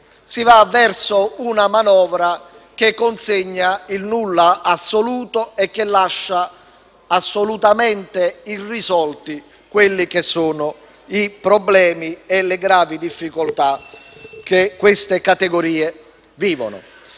si va verso una manovra che consegna il nulla assoluto e lascia assolutamente irrisolti i problemi e le gravi difficoltà che tali categorie vivono.